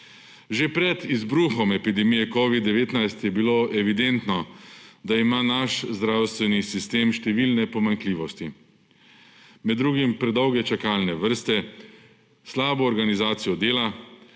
Že pred izbruhom epidemije covid-19 je bilo evidentno, da ima naš zdravstveni sistem številne pomanjkljivosti. Med drugim predolge čakalne vrste, slabo organizacijo delo,